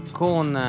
con